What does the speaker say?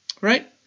right